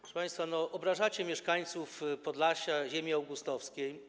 Proszę państwa, obrażacie mieszkańców Podlasia, ziemi augustowskiej.